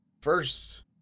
first